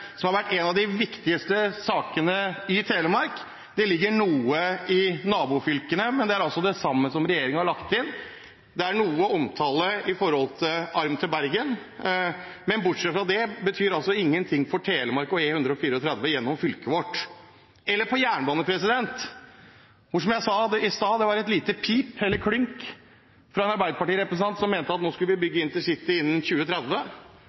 som har vært en av de viktigste sakene i Telemark. Det ligger noe i nabofylkene, men det er altså det samme som regjeringen har lagt inn. Det er noe omtale vedrørende arm til Bergen, men bortsett fra det er det ingenting for Telemark og E134 gjennom fylket vårt. Når det gjelder jernbane, var det, som jeg sa i stad, et lite pip, eller klynk, fra en Arbeiderparti-representant som mente at man nå skulle bygge intercity innen 2030,